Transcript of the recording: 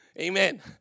Amen